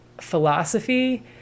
philosophy